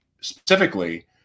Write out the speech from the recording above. specifically